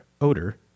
odor